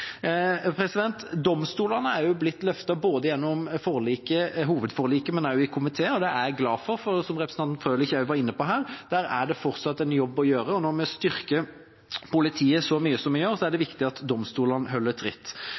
Domstolene er blitt løftet både gjennom hovedforliket og i komité. Det er jeg glad for, for – som representanten Frølich også var inne på – der er det fortsatt en jobb å gjøre. Når vi styrker politiet så mye som vi gjør, er det viktig at domstolene holder tritt.